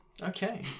Okay